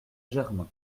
germain